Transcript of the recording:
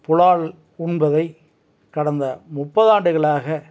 புலால் உண்பதை கடந்த முப்பதாண்டுகளாக